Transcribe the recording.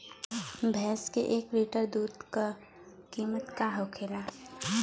भैंस के एक लीटर दूध का कीमत का होखेला?